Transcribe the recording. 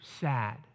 sad